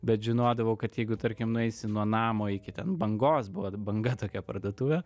bet žinodavau kad jeigu tarkim nueisi nuo namo iki ten bangos buvo banga tokia parduotuvė